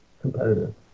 competitive